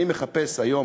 אני מחפש היום,